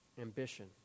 ambition